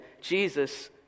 Jesus